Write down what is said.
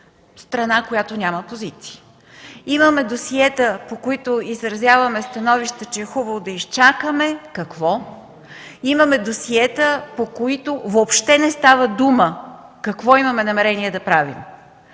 страна, която няма позиции. Имаме досиета, по които изразяваме становище, че е хубаво да изчакаме, какво?! Имаме досиета, по които въобще не става дума какво имаме намерение да правим.